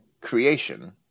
creation